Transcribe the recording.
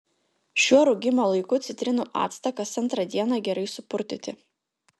šiuo rūgimo laiku citrinų actą kas antrą dieną gerai supurtyti